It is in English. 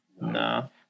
no